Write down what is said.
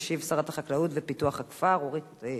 תשיב שרת החקלאות ופיתוח הכפר אורית נוקד.